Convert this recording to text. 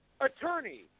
attorney